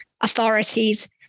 authorities